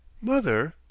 Mother